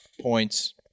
points